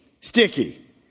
sticky